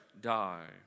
die